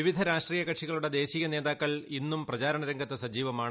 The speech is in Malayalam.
വിവിധ രാഷ്ട്രീയ കക്ഷികളുടെ ദേശീയ നേതാക്കൾ ഇന്നും പ്രചാരണ രംഗത്ത് സജീവമാണ്